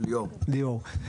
ליאור,